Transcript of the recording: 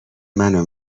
منو